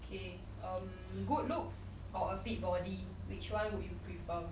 ok um good looks or a fit body which one would you prefer